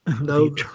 No